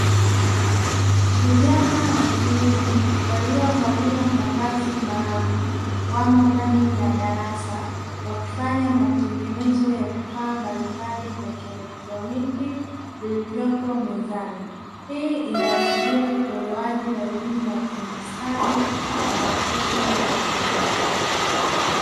Vijana wa kiume walio valia mavazi maalumu wamo ndani ya darasa wakifanya matengenezo ya vifaa mbalimbali vya kielektroniki vilivyopo mezani, hii ina ashiria utolewaji wa elimu ya ufundi stadi na mafunzo ya ufundi.